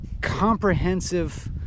comprehensive